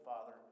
Father